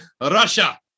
Russia